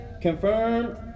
confirmed